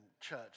Church